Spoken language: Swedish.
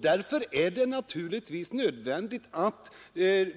Därför är det nödvändigt att